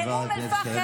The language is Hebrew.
רציתי לעזור לך.